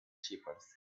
shepherds